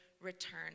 return